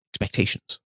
expectations